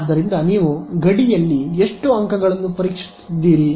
ಆದ್ದರಿಂದ ನೀವು ಗಡಿಯಲ್ಲಿ ಎಷ್ಟು ಅಂಕಗಳನ್ನು ಪರೀಕ್ಷಿಸುತ್ತಿದ್ದೀರಿ